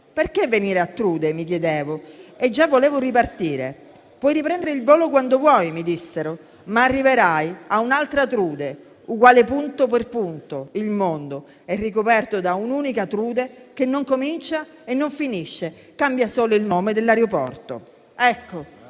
Perché venire a Trude? mi chiedevo. E già volevo ripartire. - Puoi riprendere il volo quando vuoi, - mi dissero, - ma arriverai a un'altra Trude, uguale punto per punto, il mondo è ricoperto da un'unica Trude che non comincia e non finisce, cambia solo il nome all'aeroporto». Ecco,